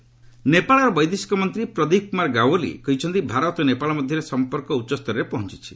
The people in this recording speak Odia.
ଇଣ୍ଡିଆ ନେପାଳ ନେପାଳର ବୈଦେଶିକ ମନ୍ତ୍ରୀ ପ୍ରଦୀପ କୁମାର ଗ୍ୟାୱାଲି କହିଛନ୍ତି ଭାରତ ଓ ନେପାଳ ମଧ୍ୟରେ ସମ୍ପର୍କ ଉଚ୍ଚସ୍ତରରେ ପହଞ୍ଚିଛି